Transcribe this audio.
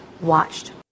watched